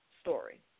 story